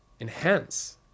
enhance